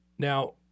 Now